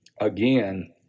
again